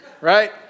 right